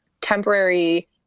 temporary